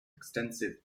extensive